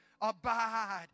abide